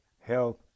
health